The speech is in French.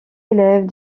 élève